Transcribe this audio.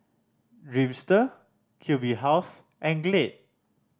Dreamster Q B House and Glade